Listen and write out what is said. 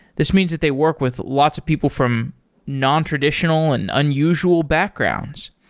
this means that they work with lots of people from nontraditional and unusual backgrounds.